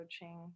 coaching